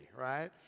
right